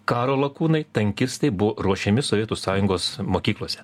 karo lakūnai tankistai buvo ruošiami sovietų sąjungos mokyklose